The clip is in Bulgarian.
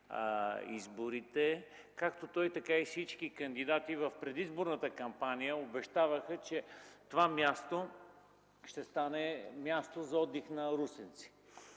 изборите. Както той, така и всички кандидати в предизборната кампания обещаваха, че това място ще стане място за отдих на русенци.